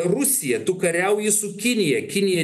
rusija tu kariauji su kinija kinija